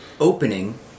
opening